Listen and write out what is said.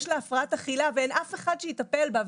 יש לה הפרעת אכילה ואין אף אחד שיטפל בה.